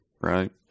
right